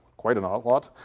quite and a lot